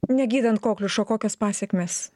negydant kokliušo kokios pasekmės